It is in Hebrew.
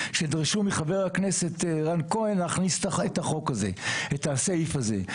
שדרשו מחבר הכנסת רן כהן להכניס את הסעיף הזה.